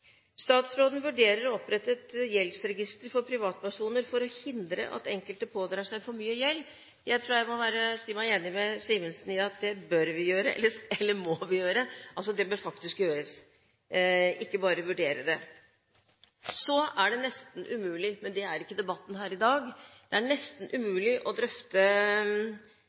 Statsråden vurderer å opprette et gjeldsregister for privatpersoner for å hindre at enkelte pådrar seg for mye gjeld. Jeg må bare si meg enig med Simensen i at det må vi gjøre – altså, det bør faktisk gjøres, ikke bare vurderes. Så er det nesten umulig – men det er ikke debatten her i dag – å drøfte gjeldsproblematikk uten å ta opp boligpolitikken. Det er